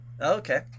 Okay